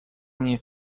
mnie